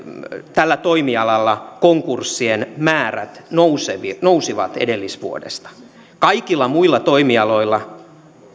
tällä toimialalla konkurssien määrät nousivat edellisvuodesta kaikilla muilla toimialoilla